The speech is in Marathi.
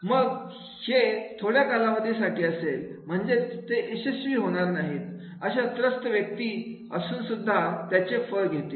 मग हे मग थोड्या कालावधीसाठी असेल म्हणजेच ते यशस्वी नाही होणार अशा त्रस्त व्यक्ती असून सुद्धा ते त्याचे फळ घेतील